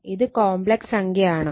ഇത് കോംപ്ലക്സ് സംഖ്യ ആണ്